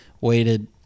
waited